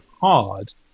hard